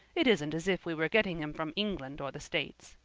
it isn't as if we were getting him from england or the states.